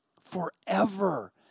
forever